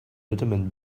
determined